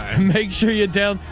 um make sure you're down.